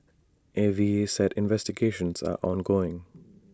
A V A said investigations are ongoing